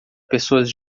pessoas